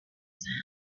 sound